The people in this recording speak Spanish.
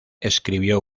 escribió